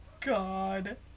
God